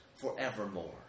forevermore